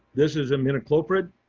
this is imidacloprid.